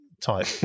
type